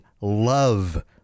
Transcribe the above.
love